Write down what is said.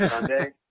Sunday